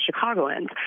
Chicagoans